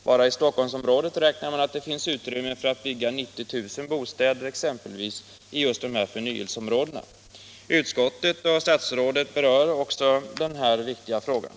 Bara i Stockholmsområdet räknar man med att det finns utrymme för att bygga 90 000 bostäder exempelvis i just de här förnyelseområdena. Utskottet och statsrådet berör också den här viktiga frågan.